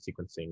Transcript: sequencing